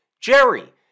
Jerry